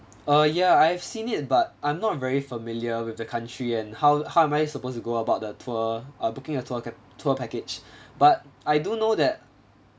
uh ya I've seen it but I'm not very familiar with the country and how how am I suppose to go about the tour err booking a tour tour package but I do know that